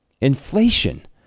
inflation